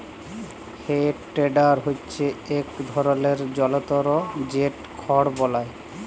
হে টেডার হচ্যে ইক ধরলের জলতর যেট খড় বলায়